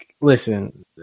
Listen